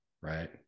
right